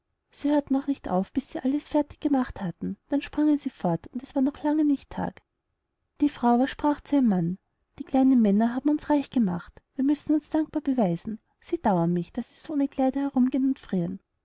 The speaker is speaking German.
sie hörten auch nicht auf bis sie alles fertig gemacht hatten dann sprangen sie fort und es war noch lange nicht tag die frau aber sprach zu ihrem mann die kleinen männer haben uns reich gemacht wir müssen uns dankbar beweisen sie dauern mich daß sie so ohne kleider herumgehen und frieren